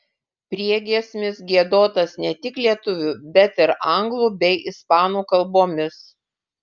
priegiesmis giedotas ne tik lietuvių bet ir anglų bei ispanų kalbomis